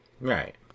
right